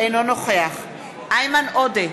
אינו נוכח איימן עודה,